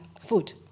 food